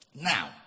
Now